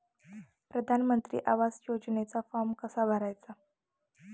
प्रधानमंत्री आवास योजनेचा फॉर्म कसा भरायचा?